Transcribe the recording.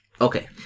Okay